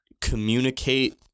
communicate